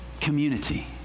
community